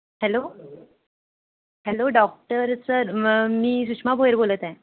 hello hello doctor sir म मी सुषमा भोयर बोलत आहे